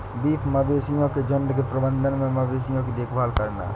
beef मवेशियों के झुंड के प्रबंधन में मवेशियों की देखभाल करना